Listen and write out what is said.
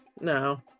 No